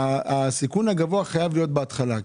הסיכון הגבוה חייב להיות בהתחלה.